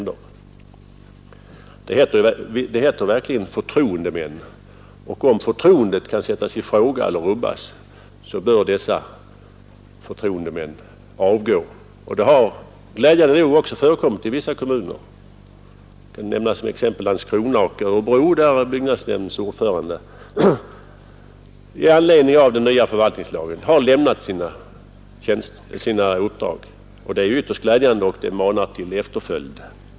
Det heter förtroendemän, och om förtroendet kan sättas i fråga eller rubbas, bör dessa förtroendemän avgå. Det har glädjande nog också förekommit i vissa kommuner. Jag kan som exempel nämna Landskrona och Örebro, där byggnadsnämndens ordförande med anledning av den nya förvaltningslagen har lämnat sina uppdrag. Det är ytterst glädjande och manar till efterföljd.